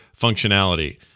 functionality